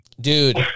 Dude